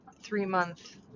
three-month